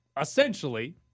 Essentially